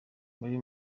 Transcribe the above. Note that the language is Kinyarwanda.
muri